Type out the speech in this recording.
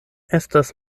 estas